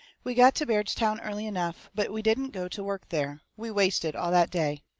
we got to bairdstown early enough, but we didn't go to work there. we wasted all that day.